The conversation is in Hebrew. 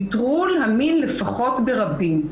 נטרול של המין לפחות ברבים,